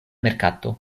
merkato